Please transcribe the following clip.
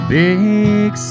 big